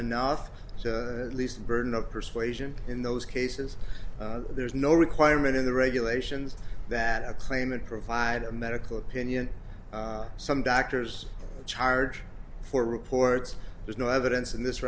enough least burden of persuasion in those cases there's no requirement in the regulations that a claimant provide a medical opinion some doctors charge for reports there's no evidence in this